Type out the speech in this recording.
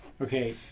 Okay